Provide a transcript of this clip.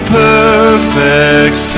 perfect